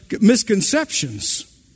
misconceptions